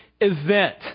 event